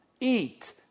Eat